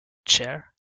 chair